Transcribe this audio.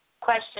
question